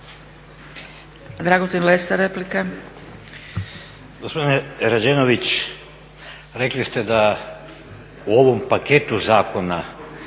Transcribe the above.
Dragutin Lesar, replika.